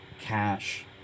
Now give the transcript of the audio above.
cash